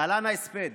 להלן ההספד: